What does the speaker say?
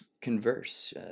converse